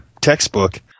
textbook